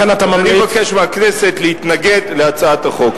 אני מבקש מהכנסת להתנגד להצעת החוק.